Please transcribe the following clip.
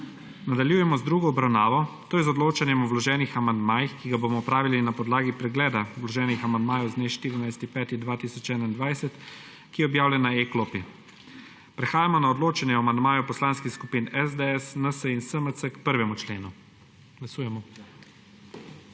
Nadaljujemo z drugo obravnavo, to je z odločanjem o vloženih amandmajih, ki ga bomo opravili na podlagi pregleda vloženih amandmajev z dne 14. 5. 2021, ki je objavljen na e-klopi. Prehajamo na odločanje o amandmaju poslanskih skupin SDS, NSi in SMC k 1. členu.